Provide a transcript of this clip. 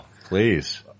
please